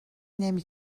نمی